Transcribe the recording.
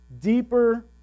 deeper